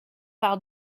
par